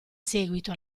seguito